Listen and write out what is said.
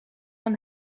een